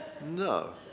No